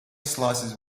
slices